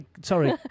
Sorry